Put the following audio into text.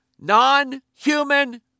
non-human